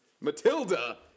Matilda